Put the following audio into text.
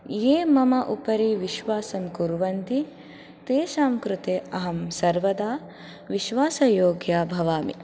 ये मम उपरि विश्वासं कुर्वन्ति तेषां कृते अहं सर्वदा विश्वासयोग्या भवामि